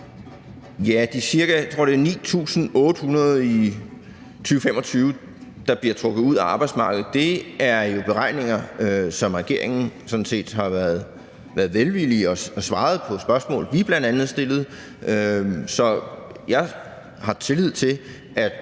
jeg det er, der i 2025 bliver trukket ud af arbejdsmarkedet, er jo beregninger, som regeringen sådan set velvilligt har givet som svar på spørgsmål, som vi bl.a. stillede. Så jeg har tillid til, at